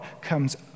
comes